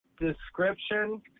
description